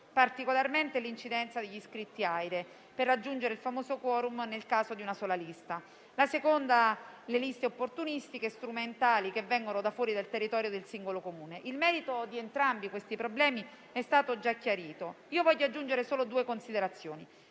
particolarmente l'incidenza degli iscritti all'AIRE per raggiungere il famoso *quorum* nel caso di una sola lista. La seconda questione concerne le liste opportunistiche e strumentali che vengono da fuori del territorio del singolo Comune. Il merito di entrambi i problemi è stato già chiarito. Voglio aggiungere solo due considerazioni: